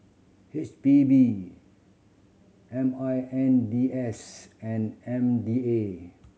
H P B M I N D S and M D A